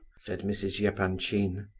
said mrs. yeah epanchin.